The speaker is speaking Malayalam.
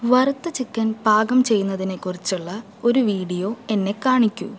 വറുത്ത ചിക്കൻ പാകം ചെയ്യുന്നതിനെ കുറിച്ചുള്ള ഒരു വീഡിയോ എന്നെ കാണിക്കൂ